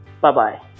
Bye-bye